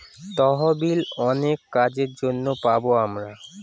তহবিল অনেক কাজের জন্য পাবো আমরা